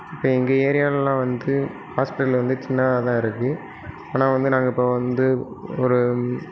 இப்போ எங்கள் ஏரியாவில் வந்து ஹாஸ்பிட்டல் வந்து சின்னதாக தான் இருக்கு ஆனால் வந்து நாங்கள் இப்போ வந்து ஒரு